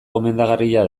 gomendagarria